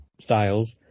styles